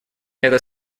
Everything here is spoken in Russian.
это